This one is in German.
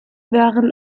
waren